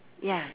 ya